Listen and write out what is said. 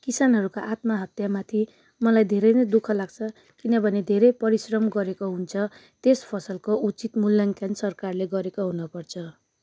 किसानहरूको आत्माहत्याको माथि मलाई धेरै नै दु ख लाग्छ किनभने धेरै परिश्रम गरेको हुन्छ त्यस फसलको उचित मूल्याङ्कन सरकारले गरेको हुनपर्छ